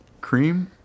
Cream